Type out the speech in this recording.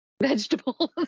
Vegetables